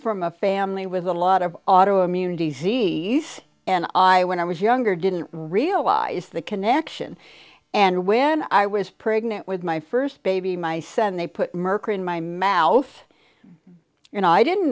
from a family with a lot of auto immune disease and i when i was younger didn't realize the connection and when i was pregnant with my first baby mice and they put mercury in my mouth you know i didn't